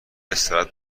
استراحت